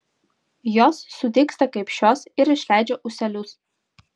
jos sudygsta kaip šios ir išleidžia ūselius